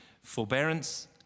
Forbearance